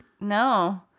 No